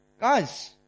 guys